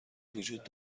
وجود